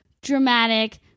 dramatic